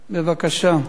בבקשה.